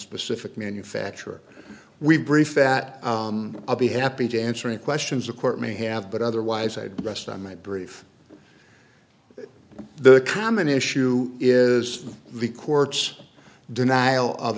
specific manufacturer we brief that i'll be happy to answer any questions the court may have but otherwise i'd rest on my brief the common issue is the court's denial of